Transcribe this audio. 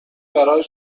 برای